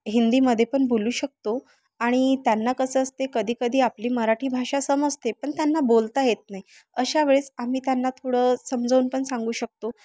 हिंदीमध्ये पण बोलू शकतो आणि त्यांना कसं असते कधीकधी आपली मराठी भाषा समजते पण त्यांना बोलता येत नाही अशा वेळेस आम्ही त्यांना थोडं समजवून पण सांगू शकतो